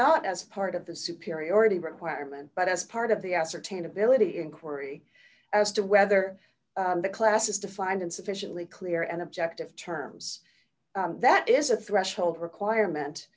not as part of the superiority requirement but as part of the ascertain ability inquiry as to whether the class is defined in sufficiently clear and objective terms that is a threshold requirement